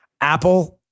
Apple